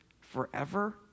forever